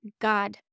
God